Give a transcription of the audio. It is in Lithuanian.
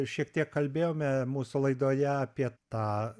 šiek tiek kalbėjome mūsų laidoje apie tą